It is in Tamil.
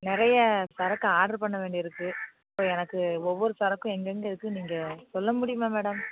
நிறைய சரக்கு ஆர்டர் பண்ண வேண்டி இருக்குது இப்போ எனக்கு ஒவ்வொரு சரக்கும் எங்கெங்கே இருக்குதுன்னு நீங்கள் சொல்ல முடியுமா மேடம்